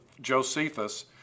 Josephus